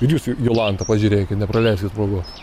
ir jūs jolanta pažiūrėki nepraleiskit progo